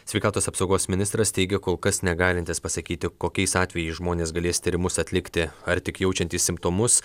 sveikatos apsaugos ministras teigė kol kas negalintis pasakyti kokiais atvejais žmonės galės tyrimus atlikti ar tik jaučiantys simptomus